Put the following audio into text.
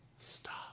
Stop